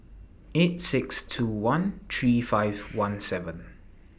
eight six two one three five one seven